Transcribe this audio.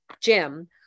Jim